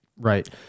Right